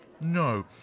No